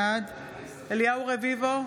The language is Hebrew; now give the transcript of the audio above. בעד אליהו רביבו,